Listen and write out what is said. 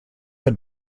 had